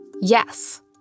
Yes